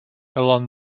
along